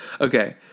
Okay